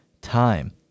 time